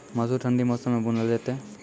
मसूर ठंडी मौसम मे बूनल जेतै?